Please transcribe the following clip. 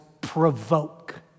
provoke